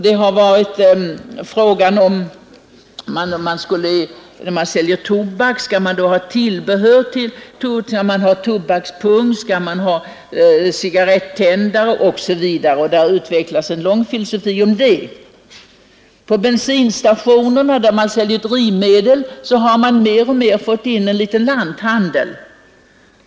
Det har varit fråga om huruvida man när man säljer tobak också skall få sälja tillbehör till tobak, t.ex. tobakspung, cigarrettändare osv. Det har utvecklats en lång filosofi om detta. På bensinstationerna, där man säljer drivmedel, har man mer och mer fört in en liten lanthandel.